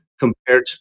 compared